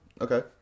Okay